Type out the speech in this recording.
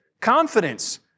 confidence